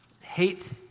hate